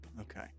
okay